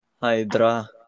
Hydra